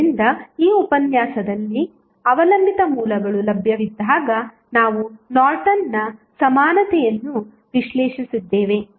ಆದ್ದರಿಂದ ಈ ಉಪನ್ಯಾಸದಲ್ಲಿ ಅವಲಂಬಿತ ಮೂಲಗಳು ಲಭ್ಯವಿದ್ದಾಗ ನಾವು ನಾರ್ಟನ್ನ ಸಮಾನತೆಯನ್ನು ವಿಶ್ಲೇಷಿಸಿದ್ದೇವೆ